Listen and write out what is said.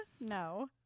No